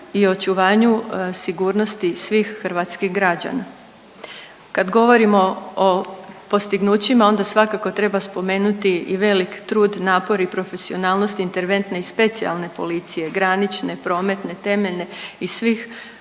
i očuvanju sigurnosti svih hrvatskih građana. Kad govorimo o postignućima onda svakako treba spomenuti i velik trud, napor i profesionalnost interventne i specijalne policije, granične, prometne, temeljne i svih